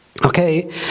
Okay